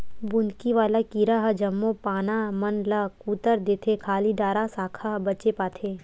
बुंदकी वाला कीरा ह जम्मो पाना मन ल कुतर देथे खाली डारा साखा बचे पाथे